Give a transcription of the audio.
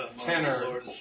tenor